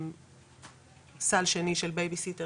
סל שני של בייביסיטר,